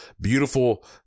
beautiful